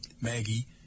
Maggie